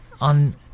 on